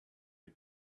for